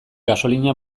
gasolina